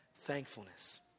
thankfulness